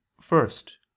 first